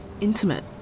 intimate